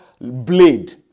blade